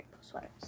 sweaters